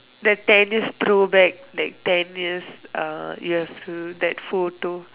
the ten years throwback like ten years uh you have to that photo